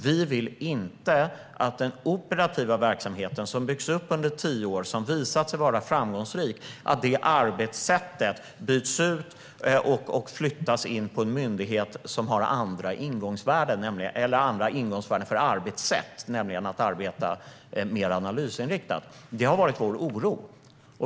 Vi vill inte att den operativa verksamheten, som har byggts upp under tio år och har visat sig vara framgångsrik, och dess arbetssätt byts ut och flyttas in på en myndighet som har andra ingångsvärden när det gäller arbetssätt, nämligen att arbeta mer analysinriktat. Det har varit vår oro.